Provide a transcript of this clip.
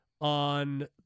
on